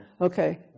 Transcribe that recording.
Okay